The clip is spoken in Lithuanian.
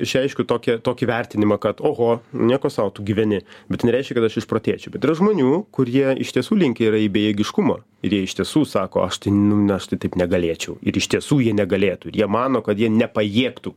išreiškiu tokį tokį vertinimą kad oho nieko sau tu gyveni bet tai nereiškia kad aš išprotėčiau bet yra žmonių kurie iš tiesų linkę yra į bejėgiškumą ir jie iš tiesų sako aš tai nu aš tai taip negalėčiau ir iš tiesų jie negalėtų ir jie mano kad jie nepajėgtų